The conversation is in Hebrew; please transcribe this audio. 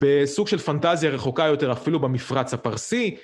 בסוג של פנטזיה רחוקה יותר אפילו במפרץ הפרסי.